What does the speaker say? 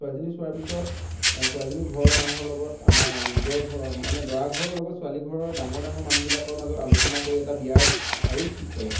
ছোৱালীজনী চোৱাৰ পিছত ছোৱালীজনীৰ ঘৰৰ মানুহৰ লগত আমাৰ নিজৰ ঘৰৰ মানে দৰাঘৰৰ লগত ছোৱালীঘৰৰ ডাঙৰ ডাঙৰ মানুহবিলাকৰ মাজত আলোচনা কৰি এটা বিয়াৰ তাৰিখ ঠিক কৰে